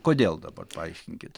kodėl dabar paaiškinkit